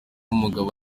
umugabo